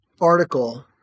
article